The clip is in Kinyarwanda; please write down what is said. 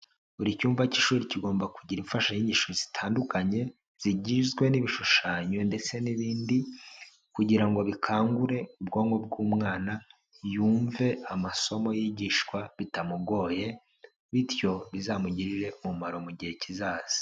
Buri cyumba cy'ishuri kigomba kugira imfashanyigisho zitandukanye, zigizwe n'ibishushanyo ndetse n'ibindi kugira ngo bikangure ubwonko bw'umwana yumve amasomo yigishwa bitamugoye, bityo bizamugirire umumaro mu gihe kizaza.